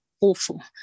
awful